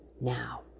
now